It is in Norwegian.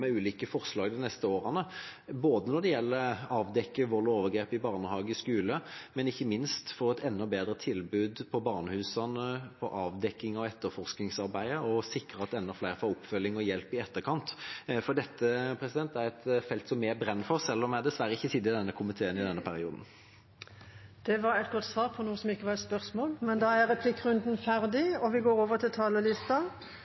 med ulike forslag de neste årene – både når det gjelder å avdekke vold og overgrep i barnehager og skole, og ikke minst å få et enda bedre tilbud på barnehusene for avdekking av etterforskningsarbeidet og sikre at enda flere får oppfølging og hjelp i etterkant. For dette er et felt jeg brenner for, selv om jeg dessverre ikke sitter i denne komiteen i denne perioden. Det var et godt svar på noe som ikke var et spørsmål, men da er